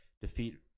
defeat